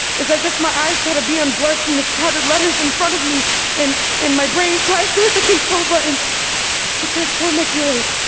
it's as if my eyes try to be on blurred from the scattered letters in front of me and and my brain tries to hit the control button to transform like yours.